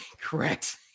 Correct